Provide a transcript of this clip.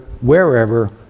wherever